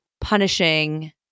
punishing